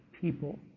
people